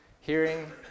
Hearing